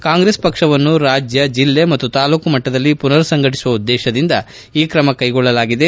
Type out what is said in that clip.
ಕಾಂಗ್ರೆಸ್ ಪಕ್ಷವನ್ನು ರಾಜ್ಜ ಜಿಲ್ಲೆ ಮತ್ತು ತಾಲೂಕು ಮಟ್ಟದಲ್ಲಿ ಪುನರ್ ಸಂಘಟಿಸುವ ಉದ್ದೇಶದಿಂದ ಈ ಕ್ರಮ ಕೈಗೊಳ್ಳಲಾಗಿದೆ